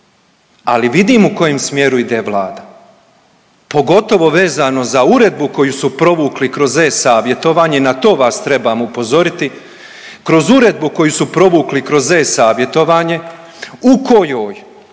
Ali vidim u kojem smjeru ide Vlada, pogotovo vezano za uredbu koju su provukli kroz e-savjetovanje, na to vas trebam upozoriti. Kroz uredbu koju su provukli kroz e-savjetovanje u kojoj